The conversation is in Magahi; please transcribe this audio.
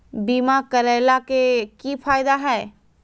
बीमा करैला के की फायदा है?